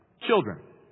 Children